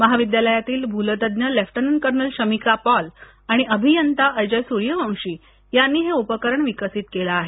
महाविद्यालयातील भूल तज्ज्ञ लेफ्टनंट कर्नल शमिका पॉल आणि अभियंता अजय सूर्यवंशी यांनी हे उपकरण विकसित केलं आहे